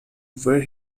where